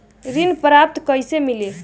ऋण पात्रता कइसे मिली?